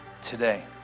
Today